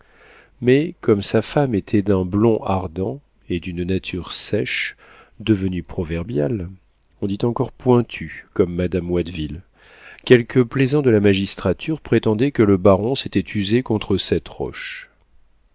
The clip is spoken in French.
mais comme sa femme était d'un blond ardent et d'une nature sèche devenue proverbiale on dit encore pointue comme madame de watteville quelques plaisants de la magistrature prétendaient que le baron s'était usé contre cette roche